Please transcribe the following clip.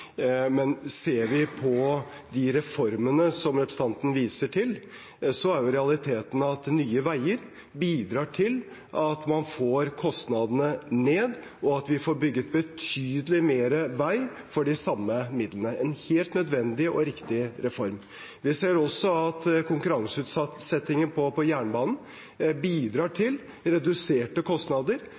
reformene som representanten viser til, er realiteten at Nye Veier bidrar til at man får kostnadene ned, og at vi får bygget betydelig mer vei for de samme midlene. Det er en helt nødvendig og riktig reform. Vi ser også at konkurranseutsettingen på jernbanen bidrar til reduserte kostnader.